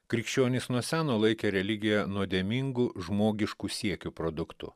krikščionys nuo seno laikė religiją nuodėmingu žmogiškų siekių produktu